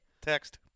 Text